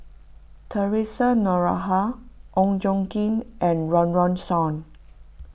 theresa Noronha Ong Tjoe Kim and Run Run Shaw